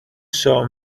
شاه